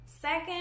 second